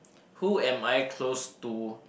who am I close to